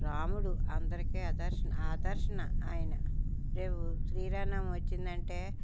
రాముడు అందరికీ ఆదర్శన ఆదర్శన ఆయన రేపు శ్రీరామనవమి వచ్చిందంటే